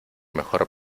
mejor